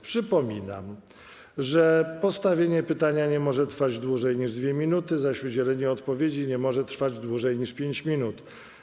Przypominam, że postawienie pytania nie może trwać dłużej niż 2 minuty, zaś udzielenie odpowiedzi nie może trwać dłużej niż 5 minut.